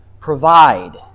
provide